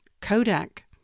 Kodak